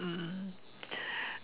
mm